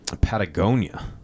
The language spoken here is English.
Patagonia